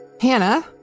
Hannah